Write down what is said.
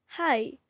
Hi